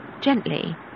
gently